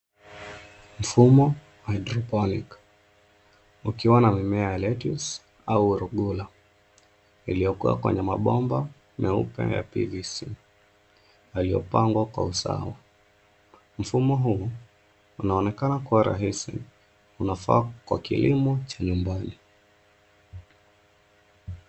Mfumo hydroponic ukiwa na mimea ya lettuce au urugula iliyokua kwenye mabomba meupe ya PVC yaliyopangwa kwa usawa. Mfumo huu unaonekana kuwa rahisi unafaa kwa kilimo cha nyumbani.